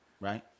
right